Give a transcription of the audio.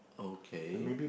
okay